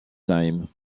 time